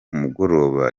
mugoroba